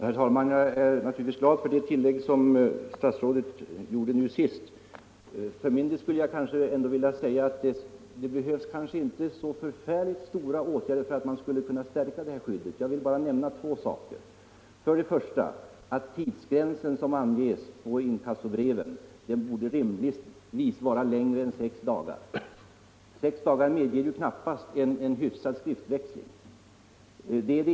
Herr talman! Jag är naturligtvis glad för det tillägg som statsrådet gjorde nu senast. För min del skulle jag kanske ändå vilja säga att det inte behövs så förfärligt stora åtgärder för att man skulle kunna stärka skyddet mot oberättigade krav. Jag vill bara nämna två saker. För det första att tidsgränsen som anges på inkassobreven rimligtvis borde vara längre än sex dagar. Sex dagar medger knappast en normal skriftväxling.